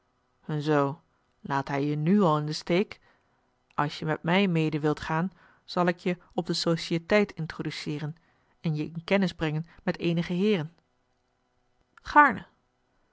zoo laat hij je nu al in den steek als je met mij mede wilt gaan zal ik je op de societeit introduceren en je in kennis brengen met eenige heeren gaarne